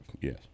yes